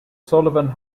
sullivan